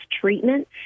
treatment